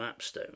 Mapstone